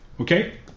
okay